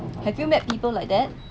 have you met people like that